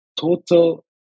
total